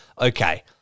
okay